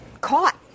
caught